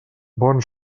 bon